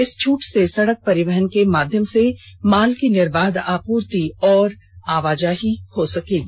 इस छूट से सड़क परिवहन के माध्यम से माल की निर्बाध आपूर्ति और आवाजाही हो सकेगी